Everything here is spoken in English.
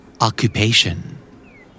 Occupation